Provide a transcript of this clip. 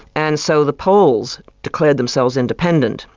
and so the poles declared themselves independent,